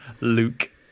Luke